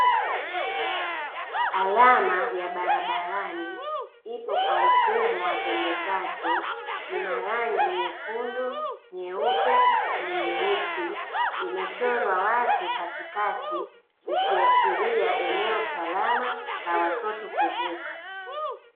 Alama ya barabarani ipo kwa mfumo wa pembe tatu ina rangi nyekundu, nyeupe na nyeusi, imechorwa watu katikati ikiashiria eneo salama la watoto kuvuka.